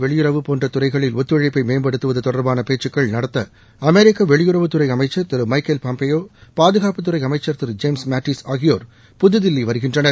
வெளியுறவு போன்ற துறைகளில் ஒத்துழைப்பை மேம்படுத்துவது தொடா்பான பேச்சுக்கள் நடத்த அமெரிக்க வெளியுறவுத்துறை அமைச்சா் திரு மைக்கேல் பாம்பேயோ பாதுகாப்புத்துறை அமைச்சர் திரு ஜேம்ஸ் மாடிஸ் ஆகியோர் புதுதில்லி வருகின்றனர்